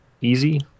easy